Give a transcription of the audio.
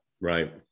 Right